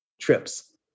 trips